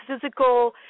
physical